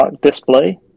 display